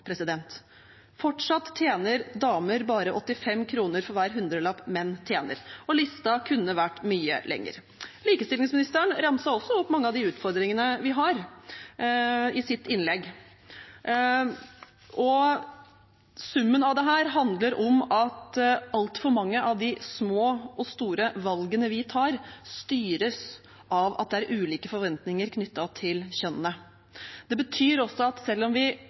Fortsatt tjener damer bare 85 kr for hver hundrelapp menn tjener. Listen kunne vært mye lengre. Likestillingsministeren ramset også opp mange av de utfordringene vi har, i sitt innlegg. Summen av dette handler om at altfor mange av de små og store valgene vi tar, styres av at det er ulike forventninger knyttet til kjønnene. Det betyr også at selv om vi